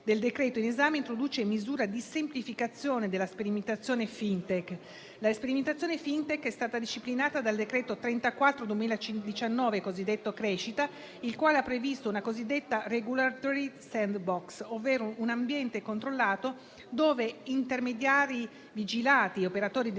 del decreto in esame introduce misure di semplificazione della sperimentazione FinTech. La sperimentazione Fintech è stata disciplinata dal decreto-legge n. 34 del 2019 (cosiddetto decreto crescita), il quale ha previsto la cosiddetta *regulatory sandbox*, ovvero un ambiente controllato dove intermediari vigilati e operatori del